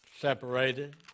separated